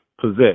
possess